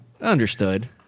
Understood